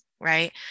right